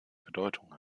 bedeutung